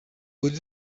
with